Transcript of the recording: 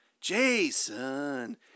Jason